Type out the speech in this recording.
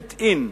built in,